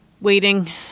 waiting